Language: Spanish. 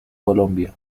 colombia